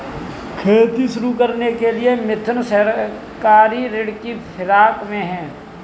खेती शुरू करने के लिए मिथुन सहकारी ऋण की फिराक में है